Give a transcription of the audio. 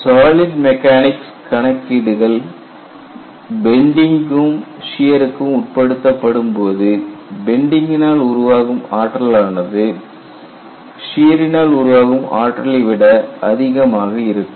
solid mechanics கணக்கீடுகள் பெண்டிங்கும் சியருக்கும் உட்படுத்தப்படும்போது பெண்டிங்கினால் உருவாகும் ஆற்றலானது சியரினால் உருவாகும் ஆற்றலை விட அதிகமாக இருக்கும்